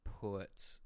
put